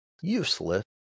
useless